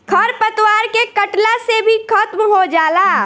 खर पतवार के कटला से भी खत्म हो जाला